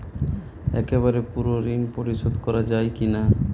একবারে পুরো ঋণ পরিশোধ করা যায় কি না?